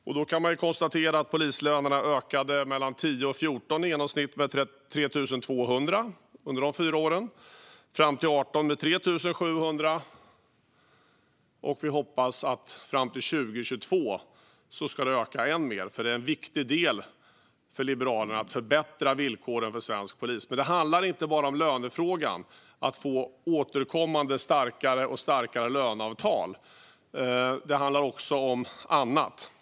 Man kan konstatera att polislönerna mellan år 2010 och 2014 i genomsnitt ökade med 3 200 kronor. Fram till 2018 ökade de med 3 700, och vi hoppas att de fram till 2022 ska öka än mer. För Liberalerna är det en viktig del att förbättra villkoren för svensk polis. Men det handlar inte bara om lönefrågan och om att återkommande få allt starkare löneavtal, utan det handlar också om annat.